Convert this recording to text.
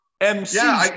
MC